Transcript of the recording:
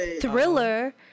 thriller